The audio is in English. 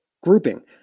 grouping